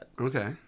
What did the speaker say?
Okay